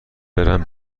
برم